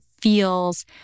feels